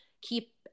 keep